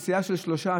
של שלושה,